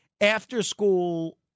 after-school